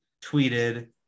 tweeted